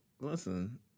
Listen